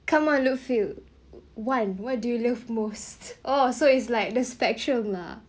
come on lufy one why do you love most oh so it's like the spectrum lah